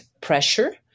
pressure